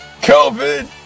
covid